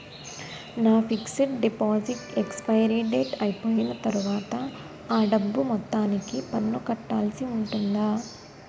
నా fixed deposit expiry date అయిపోయిన తర్వాత అ డబ్బు మొత్తానికి పన్ను కట్టాల్సి ఉంటుందా?